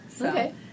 Okay